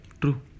True